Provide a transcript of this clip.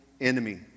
enemy